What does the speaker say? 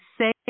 say